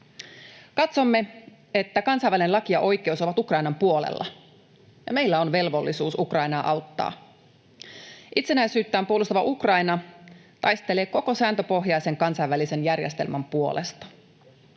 Katsomme, että kansainvälinen laki ja oikeus ovat Ukrainan puolella ja meillä on velvollisuus Ukrainaa auttaa. Itsenäisyyttään puolustava Ukraina taistelee koko sääntöpohjaisen kansainvälisen järjestelmän puolesta.